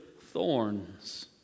thorns